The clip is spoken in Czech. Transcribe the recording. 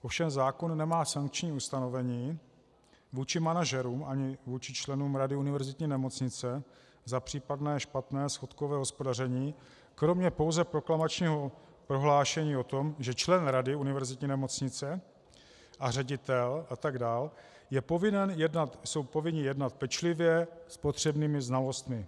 Ovšem zákon nemá sankční ustanovení vůči manažerům ani vůči členům rady univerzitní nemocnice za případné špatné, schodkové hospodaření kromě pouze proklamačního prohlášení o tom, že člen rady univerzitní nemocnice, ředitel a tak dál jsou povinni jednat pečlivě s potřebnými znalostmi.